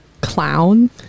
clown